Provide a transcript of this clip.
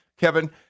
Kevin